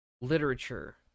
literature